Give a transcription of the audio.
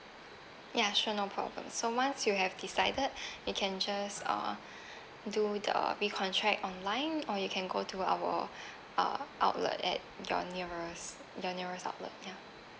ya sure no problem so once you have decided you can just uh do the recontract online or you can go to our uh outlet at your nearest your nearest outlet ya